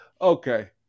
Okay